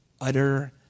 utter